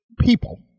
people